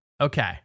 Okay